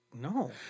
No